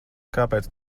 kāpēc